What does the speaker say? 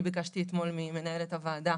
אני ביקשתי אתמול ממנהלת הוועדה